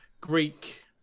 Greek